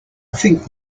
think